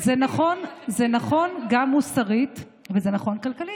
זה נכון גם מוסרית וזה נכון כלכלית,